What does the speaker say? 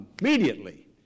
immediately